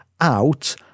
out